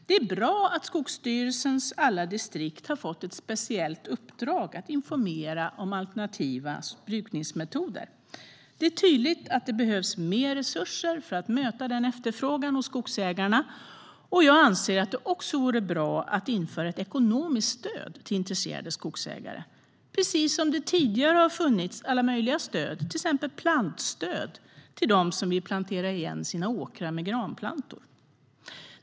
Det är bra att Skogsstyrelsens alla distrikt har fått ett speciellt uppdrag att informera om alternativa brukningsmetoder. Det är tydligt att det behövs mer resurser för att möta efterfrågan hos skogsägarna, och jag anser att det också vore bra att införa ett ekonomiskt stöd till intresserade skogsägare, precis som det tidigare har funnits alla möjliga stöd, till exempel plantstöd till dem som vill plantera igen sina åkrar med granplantor.